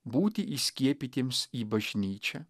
būti įskiepytiems į bažnyčią